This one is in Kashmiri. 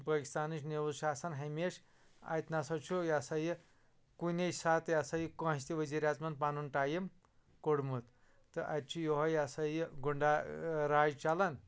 پٲکِستانچ نِوٕز چھِ آسان ہمیشہِ اَتہِ نَسا چھُ یا سا یہِ کُنے ساتہٕ یا سا یہِ کٲنٛسہِ تہِ وزیٖر اعظمَن پَنُن ٹایم کوٚڑمُت تہٕ اَتہِ چھُ یِہَے یا سا یہِ غُنٛڈاہ راج چلان